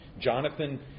Jonathan